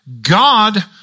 God